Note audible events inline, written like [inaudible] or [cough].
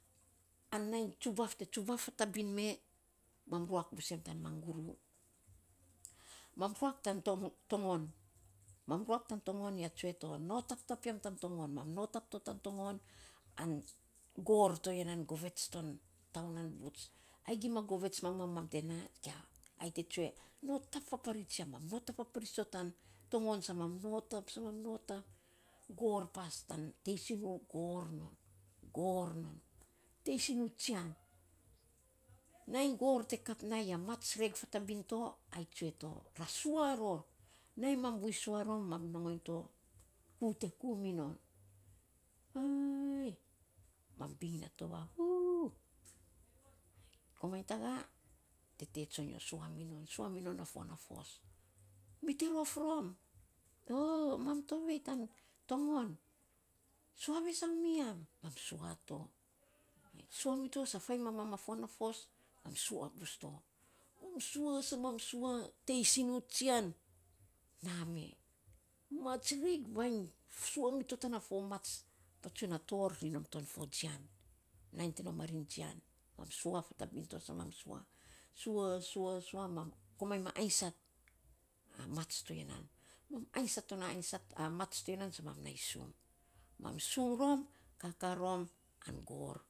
An nainy tsubag te tsubaf fatabin me mam ruak busen tan manguru, mam ruak tan tongon mam ruak tan tongon tsue to, nom taptap yam tan tongon, mam nom tap to tan tongon an gorr to ya nan govets ton tau nan buts ai gima govets mamam mam te na, ai te tsue, notap faaparits yam, mam notap faparits to tan tongon sa mam notap, gorr pas tan teisinu korr non, korr non teisinu tsiam. Nainy gorr te kap na ya mats fatabin to, ai tsue to ra sua ror, nainy mam buiny sua rom mam nongoiny to ku te ku minon. [noise] oi mam bing na tova u [noise] komainy taga tete tsonyo sua minon, sua minon na fuan a fos mi te rof rom? O mam tovei tan tangon. Sua vesau miyam mam mam sua.